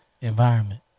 environment